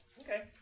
Okay